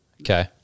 Okay